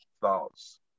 thoughts